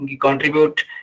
contribute